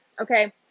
okay